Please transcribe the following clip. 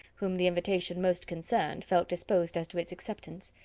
whom the invitation most concerned, felt disposed as to its acceptance,